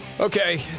Okay